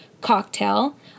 cocktail